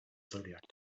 zodiac